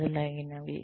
మొదలగునవి